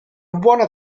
buona